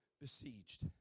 besieged